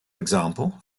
example